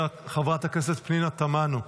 חברת הכנסת פנינה תמנו,